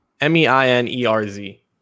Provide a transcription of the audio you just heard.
m-e-i-n-e-r-z